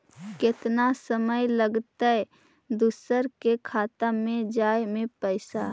केतना समय लगतैय दुसर के खाता में जाय में पैसा?